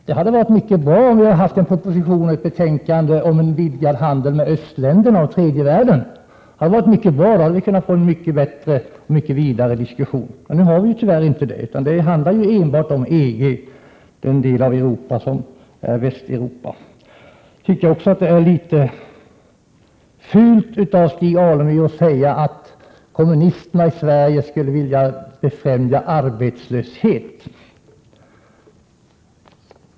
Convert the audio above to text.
Det hade varit mycket bra om vi haft att diskutera en proposition och ett betänkande om en vidgad handel med östländerna och tredje världen. Då hade vi också kunnat få en mycket bättre och vidare diskussion. Men nu förs tyvärr bara en debatt om EG i Västeuropa. Det är litet fult av Stig Alemyr att säga att kommunisterna i Sverige vill befrämja arbetslöshet.